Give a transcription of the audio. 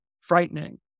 frightening